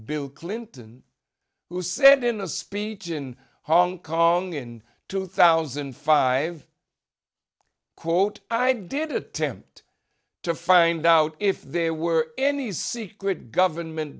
bill clinton who said in a speech in hong kong in two thousand and five quote i did attempt to find out if there were any secret government